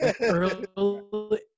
Early